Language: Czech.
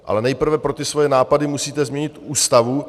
Ale nejprve pro ty svoje nápady musíte změnit Ústavu.